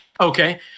okay